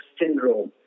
syndrome